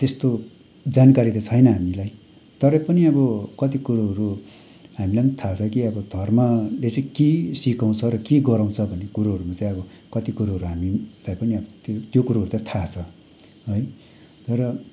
त्यस्तो जानकारी त छैन हामीलाई तरै पनि अब कति कुरोहरू हामीलाई पनि थाहा छ कि अब धर्मले चाहिँ के सिकाउँछ र के गराउँछ भन्ने कुरोहरूमा चाहिँ अब कति कुरोहरू हामीलाई पनि अब त्यो त्यो कुरोहरू चाहिँ थाहा छ है तर